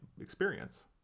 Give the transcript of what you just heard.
experience